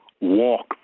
walk